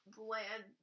bland